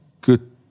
good